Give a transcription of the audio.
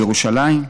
בירושלים.